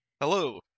Hello